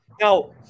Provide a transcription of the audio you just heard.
Now